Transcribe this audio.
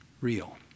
real